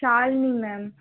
Shalini ma'am